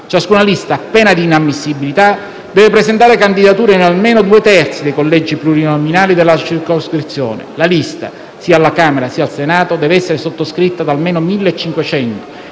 ciascuna lista, a pena di inammissibilità, deve presentare candidature in almeno due terzi dei collegi plurinominali della circoscrizione. La lista, sia alla Camera sia al Senato, deve essere sottoscritta da almeno 1.500